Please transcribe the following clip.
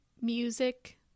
music